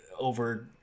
over